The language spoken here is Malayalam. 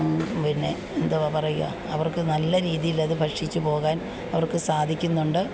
പിന്നെ എന്തുവാ പറയുക അവർക്ക് നല്ല രീതിയിലത് ഭക്ഷിച്ച് പോകാൻ അവർക്ക് സാധിക്കുന്നുണ്ട്